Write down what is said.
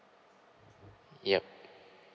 yup